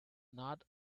not